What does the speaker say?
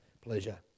pleasure